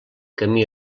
camí